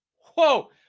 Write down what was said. Whoa